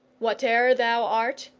whate'er thou art,